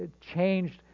changed